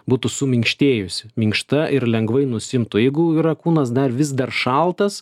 būtų suminkštėjusi minkšta ir lengvai nusiimtų jeigu yra kūnas dar vis dar šaltas